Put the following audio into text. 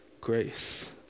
grace